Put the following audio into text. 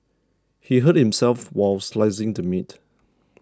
he hurt himself while slicing the meat